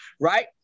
right